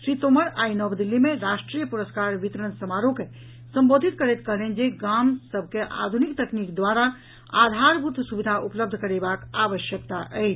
श्री तोमर आई नव दिल्ली मे राष्ट्रीय पुरस्कार वितरण समारोह के संबोधित करैत कहलनि जे सभ गाम के आधुनिक तकनीक द्वारा आधारभूत सुविधा उपलब्ध करेबाक आवश्यकता अछि